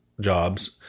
jobs